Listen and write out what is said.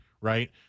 Right